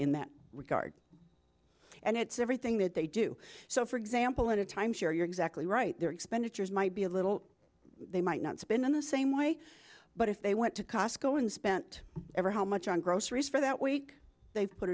in that regard and it's everything that they do so for example in a timeshare you're exactly right their expenditures might be a little they might not spin in the same way but if they went to costco and spent ever how much on groceries for that week they put